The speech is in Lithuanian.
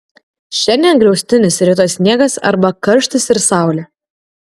šiandien griaustinis rytoj sniegas arba karštis ir saulė